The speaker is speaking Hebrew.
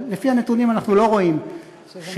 אבל לפי הנתונים אנחנו לא רואים שתקיפה